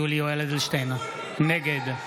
נגד יולי יואל אדלשטיין, נגד אבוטבול,